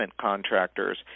contractors